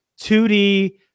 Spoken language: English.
2D